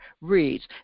reads